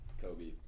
Kobe